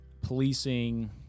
policing